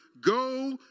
go